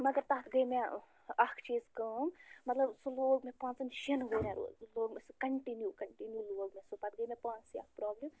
مگر تَتھ گٔے مےٚ اَکھ چیٖز کٲم مطلب سُہ لوگ مےٚ پانٛژَن شٮ۪ن ؤرۍیَن لوگ مےٚ سُہ کَنٹِنیٛوٗ کَنٹِنیٛوٗ لوگ مےٚ سُہ پَتہٕ گٔے مےٚ پانسٕے اَکھ پرٛابلِم